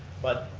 but